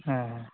ᱦᱮᱸᱻ